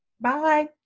Bye